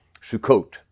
sukkot